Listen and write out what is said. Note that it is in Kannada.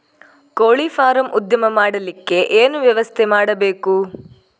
ಕೋಳಿ ಫಾರಂ ಉದ್ಯಮ ಮಾಡಲಿಕ್ಕೆ ಏನು ವ್ಯವಸ್ಥೆ ಮಾಡಬೇಕು?